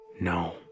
No